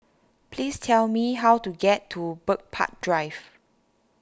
please tell me how to get to Bird Park Drive